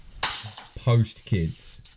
post-kids